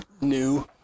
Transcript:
new